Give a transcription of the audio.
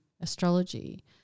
astrology